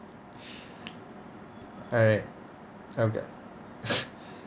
alright okay